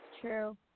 true